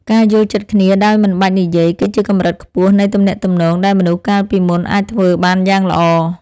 ការយល់ចិត្តគ្នាដោយមិនបាច់និយាយ គឺជាកម្រិតខ្ពស់នៃទំនាក់ទំនងដែលមនុស្សកាលពីមុនអាចធ្វើបានយ៉ាងល្អ។